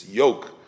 yoke